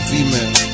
Female